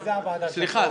זה מופיע בתקנות.